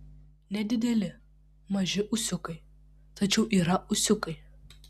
nedideli maži ūsiukai tačiau yra ūsiukai